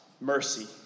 mercy